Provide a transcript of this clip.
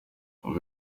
ubu